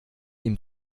ihm